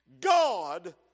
God